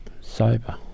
sober